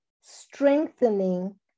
strengthening